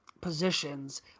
positions